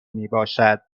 میباشد